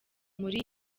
muri